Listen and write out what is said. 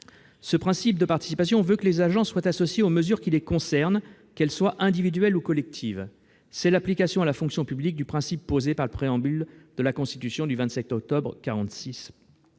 Ce principe de participation veut que les agents soient associés aux mesures qui les concernent, qu'elles soient individuelles ou collectives. C'est l'application à la fonction publique du principe posé par le préambule de la Constitution du 27 octobre 1946.